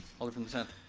alder from the tenth.